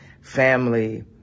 family